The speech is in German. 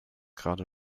gerade